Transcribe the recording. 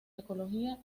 ecología